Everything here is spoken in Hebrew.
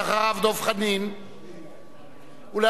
ואחריו, דב חנין, ואחריו,